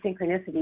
synchronicity